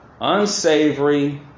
unsavory